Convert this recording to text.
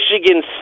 Michigan